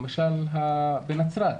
למשל בנצרת,